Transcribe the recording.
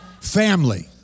Family